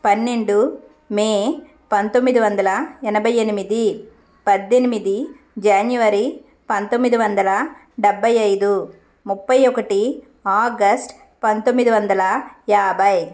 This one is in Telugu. పన్నెండు మే పంతొమ్మిది వందల ఎనభై ఎనిమిది పద్దెనిమిది జాన్యూవరి పంతొమ్మిది వందల డభై ఐదు ముప్పై ఒకటి ఆగస్ట్ పంతొమ్మిది వందల యాభై